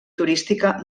turística